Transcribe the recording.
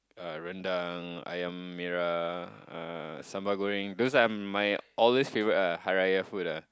uh rendang ayam merah uh sambal goreng those are my always favourite ah Hari-Raya food ah